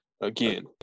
again